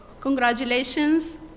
Congratulations